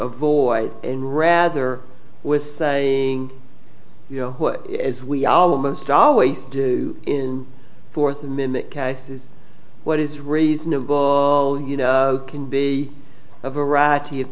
avoid and rather was saying you know what as we almost always do in fourth amendment cases what is reasonable all you know can be a variety of